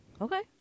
Okay